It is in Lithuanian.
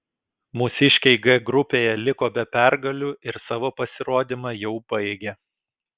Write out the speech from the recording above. mūsiškiai g grupėje liko be pergalių ir savo pasirodymą jau baigė